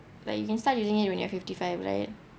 like you can start using it when you're fifty five right